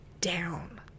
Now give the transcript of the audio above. down